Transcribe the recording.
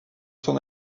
son